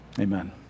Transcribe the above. Amen